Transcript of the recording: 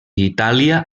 itàlia